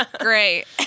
Great